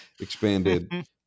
expanded